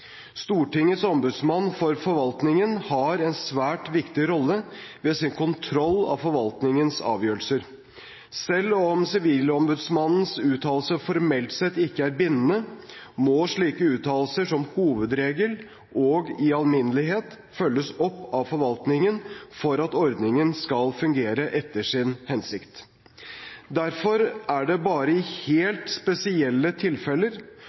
Stortingets ombudsmann for forvaltningen har en svært viktig rolle ved sin kontroll av forvaltningens avgjørelser. Selv om Sivilombudsmannens uttalelser formelt sett ikke er bindende, må slike uttalelser som hovedregel og i alminnelighet følges opp av forvaltningen for at ordningen skal fungere etter sin hensikt. Derfor er det bare i helt spesielle tilfeller